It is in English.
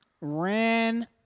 ran